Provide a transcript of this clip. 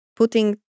putting